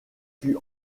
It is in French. fut